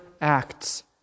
acts